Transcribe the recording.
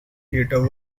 theatre